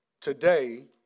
today